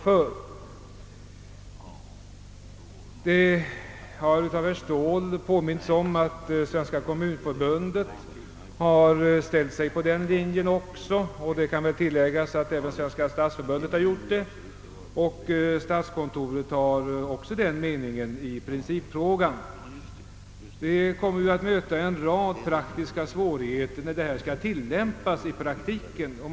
Herr Ståhl har påmint om att Svens ka kommunförbundet också intagit denna ståndpunkt och det kan tilläggas att Svenska stadsförbundet gjort detsamma. I principfrågan har också statskontoret denna uppfattning. Det kommer emellertid att uppstå en rad praktiska svårigheter vid tillämpningen av dessa bestämmelser.